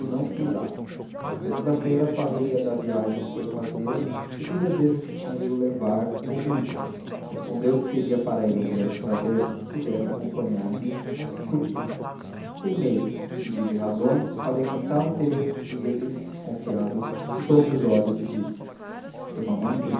fui lá na segunda-feira falei-lhe da viagem que ia fazer e do desejo que tinha de o levar comigo respondeu que seria para ele um grande prazer se pudesse acompanhar-me mas não podia teimei pedi-lhe razões falei com tal interesse que ele desconfiado fitou-me os olhos e disse foi mamãe que